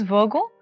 Virgo